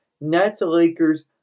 Nets-Lakers